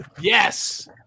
Yes